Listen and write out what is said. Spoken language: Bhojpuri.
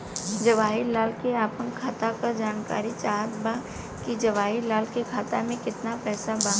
जवाहिर लाल के अपना खाता का जानकारी चाहत बा की जवाहिर लाल के खाता में कितना पैसा बा?